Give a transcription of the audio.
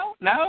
No